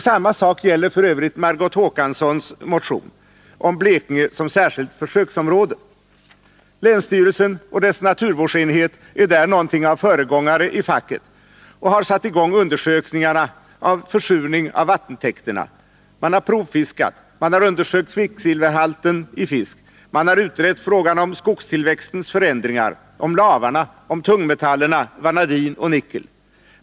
Samma sak gäller f.ö. Margot Håkanssons motion om Blekinge som särskilt försöksområde. Länsstyrelsen och dess naturvårdsenhet är någonting av föregångare i facket och har satt i gång undersökningar av försurningen av vattentäkter, man har provfiskat och undersökt kvicksilverhalten i fisk, man har utrett frågan om skogstillväxtens förändringar, om lavarna, om tungmetallerna vanadin och nickel.